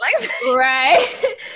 right